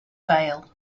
fail